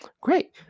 Great